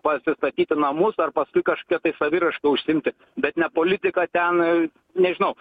pasistatyti namus ar paskui kažkokia tai saviraiška užsiimti bet ne politika ten nežinau